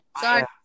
Sorry